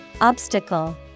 Obstacle